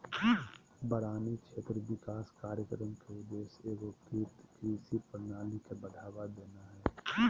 बारानी क्षेत्र विकास कार्यक्रम के उद्देश्य एगोकृत कृषि प्रणाली के बढ़ावा देना हइ